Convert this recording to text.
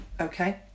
Okay